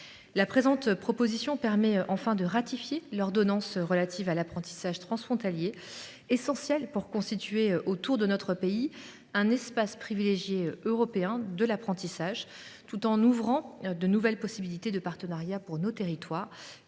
La présente proposition permet enfin de ratifier l’ordonnance relative à l’apprentissage transfrontalier, qui est essentiel pour constituer autour de notre pays un espace privilégié européen de l’apprentissage, tout en créant de nouvelles possibilités de partenariats pour nos territoires